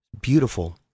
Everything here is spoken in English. Beautiful